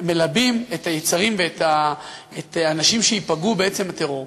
ומלבים את היצרים ואת האנשים שייפגעו מעצם הטרור.